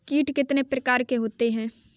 कीट कितने प्रकार के होते हैं?